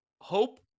hope